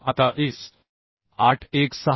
आता IS